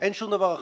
אין שום דבר אחר.